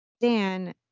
Dan